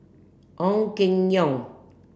Ong Keng Yong